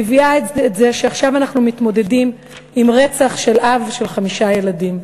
מביאה את זה שעכשיו אנחנו מתמודדים עם רצח של אב לחמישה ילדים.